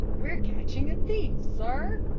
we're catching a thief, sir,